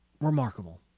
remarkable